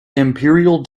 imperial